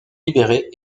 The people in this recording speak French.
libérés